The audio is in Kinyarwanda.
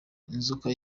inzoka